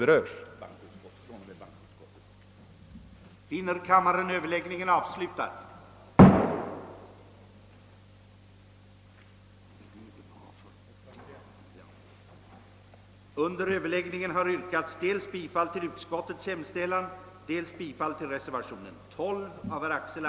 a. att besluta att sådana anställningseller arbetsvillkor för särskolchef, studierektor, tillsynslärare och huvudlärare vid landstings eller stads utanför landsting särskola, som finge bestämmas genom avtal, fr.o.m. den 1 januari 1969 skulle fastställas under medverkan av Kungl. Maj:t eller myndighet som Kungl. Maj:t bestämde,